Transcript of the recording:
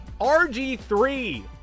RG3